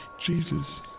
Jesus